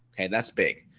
and that's big.